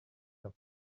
père